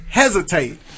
hesitate